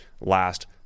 last